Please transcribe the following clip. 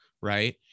right